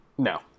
No